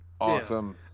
Awesome